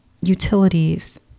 utilities